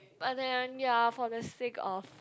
but then ya for the sake of